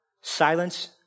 silence